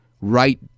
Right